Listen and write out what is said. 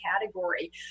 category